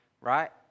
right